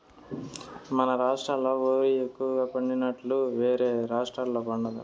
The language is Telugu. మన రాష్ట్రాల ఓరి ఎక్కువగా పండినట్లుగా వేరే రాష్టాల్లో పండదు